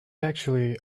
actually